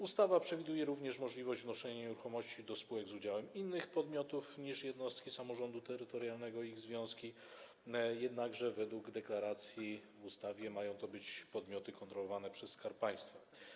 Ustawa przewiduje również możliwość wnoszenia nieruchomości do spółek z udziałem innych podmiotów niż jednostki samorządu terytorialnego i ich związki, jednakże według deklaracji przedstawionej w ustawie mają to być podmioty kontrolowane przez Skarb Państwa.